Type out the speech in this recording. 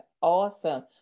awesome